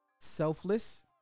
selfless